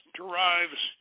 derives